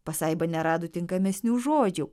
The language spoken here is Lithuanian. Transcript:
pasaiba nerado tinkamesnių žodžių